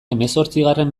hemezortzigarren